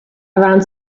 around